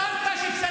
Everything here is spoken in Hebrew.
אולי תעיר לו?